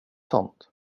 sånt